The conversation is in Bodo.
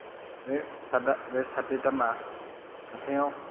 बे शार्ट बे शार्टनि दामा हाथायाव